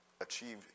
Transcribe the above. achieve